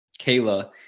Kayla